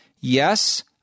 yes